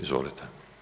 Izvolite.